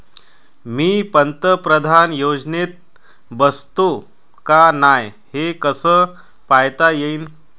मी पंतप्रधान योजनेत बसतो का नाय, हे कस पायता येईन?